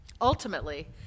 Ultimately